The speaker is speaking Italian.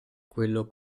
quello